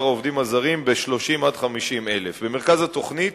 העובדים הזרים ב-30,000 50,000. במרכז התוכנית